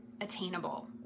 attainable